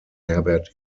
herbert